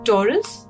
Taurus